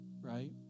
right